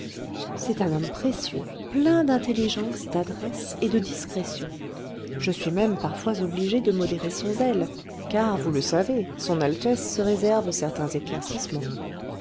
c'est un homme précieux plein d'intelligence d'adresse et de discrétion je suis même parfois obligé de modérer son zèle car vous le savez son altesse se réserve certains éclaircissements